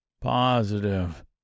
Positive